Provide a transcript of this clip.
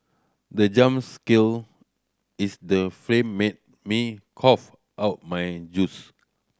the jump skill is the film made me cough out my juice